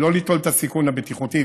לא ליטול את הסיכון הבטיחותי,